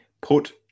put